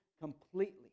completely